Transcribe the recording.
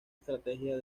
estrategia